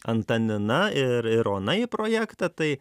antanina ir ir ona į projektą tai